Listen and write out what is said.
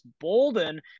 Bolden